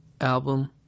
album